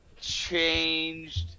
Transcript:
changed